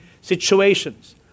situations